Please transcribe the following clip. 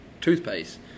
toothpaste